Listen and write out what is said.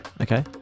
okay